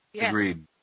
Agreed